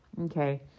okay